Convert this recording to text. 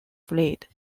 fled